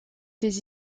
des